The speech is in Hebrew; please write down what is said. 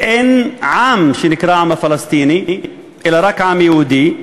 ואין עם שנקרא עם פלסטיני, אלא רק עם יהודי.